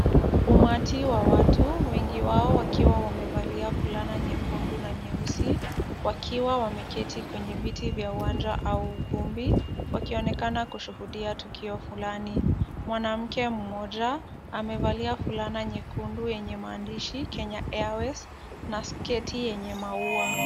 Umati wa watu, wengi wao wakiwa wamevalia fulana nyekundu na nyeusi, wakiwa wameketi kwenye viti vya uwanja au ukumbi, wakionekana kushuhudia tukio fulani. Mwanamke mmoja amevalia fulana nyekundu yenye maandishi Kenya Airways na sketi yenye maua.